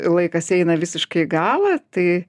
laikas eina visiškai į galą tai